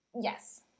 Yes